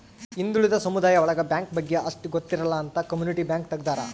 ಹಿಂದುಳಿದ ಸಮುದಾಯ ಒಳಗ ಬ್ಯಾಂಕ್ ಬಗ್ಗೆ ಅಷ್ಟ್ ಗೊತ್ತಿರಲ್ಲ ಅಂತ ಕಮ್ಯುನಿಟಿ ಬ್ಯಾಂಕ್ ತಗ್ದಾರ